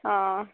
ಹಾಂ